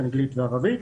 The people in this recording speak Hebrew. אנגלית וערבית,